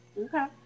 okay